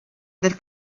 del